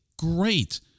great